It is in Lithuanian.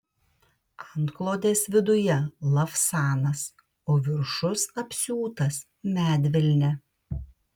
antklodės viduje lavsanas o viršus apsiūtas medvilne